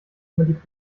jemand